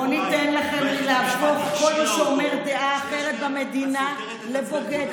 לא ניתן לכם להפוך כל מי שאומר דעה אחרת במדינה לבוגד.